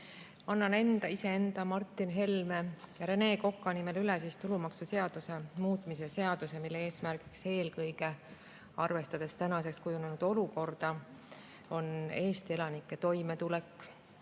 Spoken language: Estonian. Annan iseenda, Martin Helme ja Rene Koka nimel üle tulumaksuseaduse muutmise seaduse [eelnõu], mille eesmärgiks eelkõige, arvestades tänaseks kujunenud olukorda, on Eesti elanike toimetulek